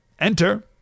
Enter